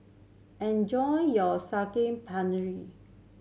enjoy your